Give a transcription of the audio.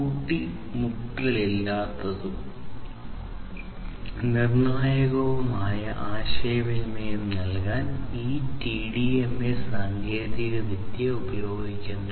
കൂട്ടിമുട്ടലില്ലാത്തതും നിർണായകവുമായ ആശയവിനിമയം നൽകാൻ ഈ ടിഡിഎംഎ സാങ്കേതികവിദ്യ ഉപയോഗിക്കുന്നു